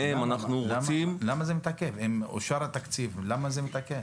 אם אושר התקציב אז למה זה מתעכב?